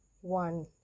one